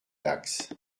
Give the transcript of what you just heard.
dax